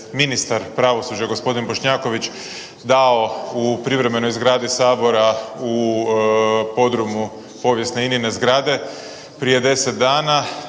ministar pravosuđa gospodin Bošnjaković dao u privremenoj zgradi sabora u podrumu povijesne ININE zgrade prije 10 dana